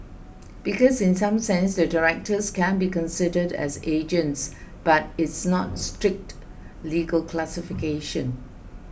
because in some sense the directors can be considered as agents but it's not strict legal classifications